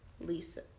Lisa